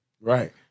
Right